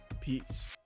Peace